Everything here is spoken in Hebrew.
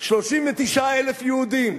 39,000 יהודים.